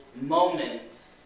moment